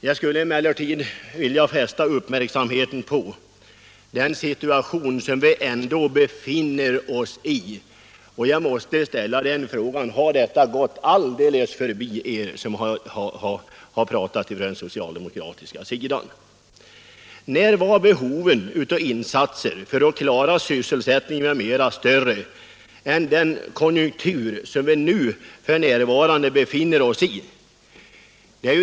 Jag skulle emellertid vilja fästa uppmärksamheten på den situation som vi ändå befinner oss i, och jag måste ställa frågan: Har detta gått alldeles förbi er på den socialdemokratiska sidan som deltar i denna debatt? När var behoven av insatser för att klara sysselsättningen på olika områden större än i den konjunktur som vi f. n. befinner oss i?